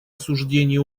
осуждение